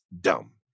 dumb